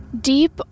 deep